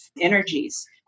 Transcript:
energies